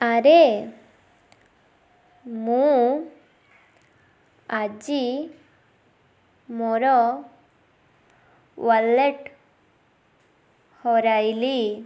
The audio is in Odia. ଆରେ ମୁଁ ଆଜି ମୋର ୱାଲେଟ୍ ହରାଇଲି